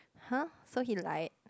!huh! so he lied